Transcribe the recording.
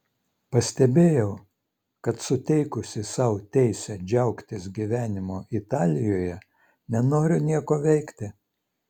pastebėjau kad suteikusi sau teisę džiaugtis gyvenimu italijoje nenoriu nieko veikti